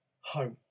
home